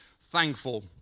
thankful